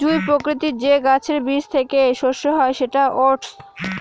জুঁই প্রকৃতির যে গাছের বীজ থেকে শস্য হয় সেটা ওটস